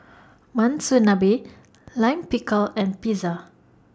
Monsunabe Lime Pickle and Pizza